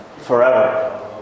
forever